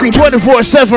24-7